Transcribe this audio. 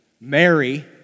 Mary